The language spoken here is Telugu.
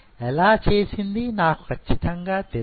ఎలా చేసింది నాకు కచ్చితంగా తెలుసు